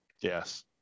Yes